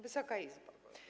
Wysoka Izbo!